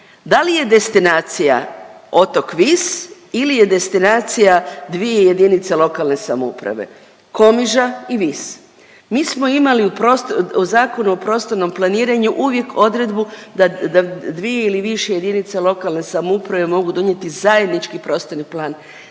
Da li je destinacija otok Vis ili je destinacija dvije jedinice lokalne samouprave, Komiža i Vis. Mi smo imali u Zakonu o prostornom planiranju uvijek odredbu da, da dvije ili više jedinica lokalne samouprave mogu donijeti zajednički prostorni plan.